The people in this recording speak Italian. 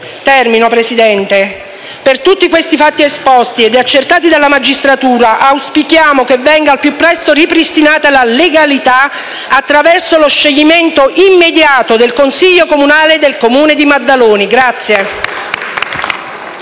individuati. Per tutti questi fatti esposti ed accertati dalla magistratura auspichiamo che venga al piupresto ripristinata la legalita, attraverso lo scioglimento immediato del Consiglio comunale del Comune di Maddaloni.